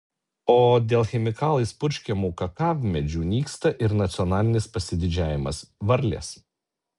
o dėl chemikalais purškiamų kakavmedžių nyksta ir nacionalinis pasididžiavimas varlės